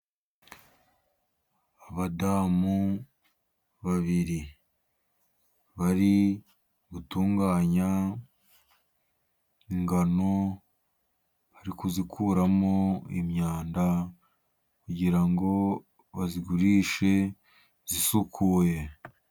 Abadamu babiri bari gutunganya ingano. Bari kuzikuramo imyanda kugira ngo bazigurishe zisukuye.